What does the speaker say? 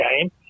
game